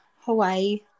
Hawaii